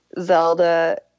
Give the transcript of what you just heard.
Zelda